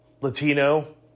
Latino